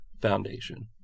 foundation